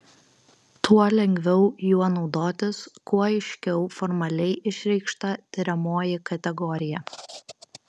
tuo lengviau juo naudotis kuo aiškiau formaliai išreikšta tiriamoji kategorija